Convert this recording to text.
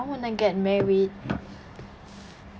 I wanna get married